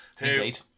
Indeed